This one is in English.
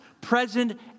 present